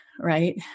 right